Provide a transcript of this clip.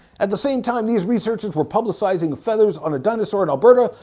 at the same time these researchers were publicizing feathers on a dinosaur in alberta,